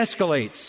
escalates